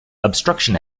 obstruction